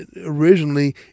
originally